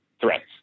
threats